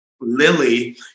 Lily